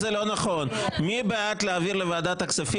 לא נכון מי בעד להעביר לוועדת הכספים,